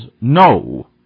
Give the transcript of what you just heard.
no